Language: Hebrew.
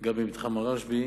גם במתחם הרשב"י